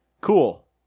cool